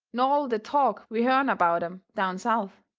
nor all the talk we hearn about em down south.